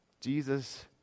Jesus